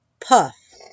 Puff